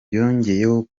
yongeyeho